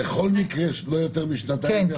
בכל מקרה יש לא יותר משנתיים?